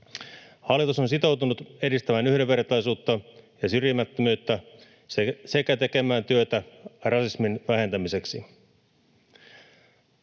Hallitus on sitoutunut edistämään yhdenvertaisuutta ja syrjimättömyyttä sekä tekemään työtä rasismin vähentämiseksi.